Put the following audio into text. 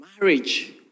marriage